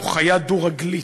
הוא חיה דו-רגלית,